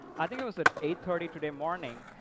i think it was at eight thirty, today, morning.